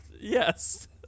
Yes